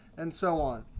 and so on.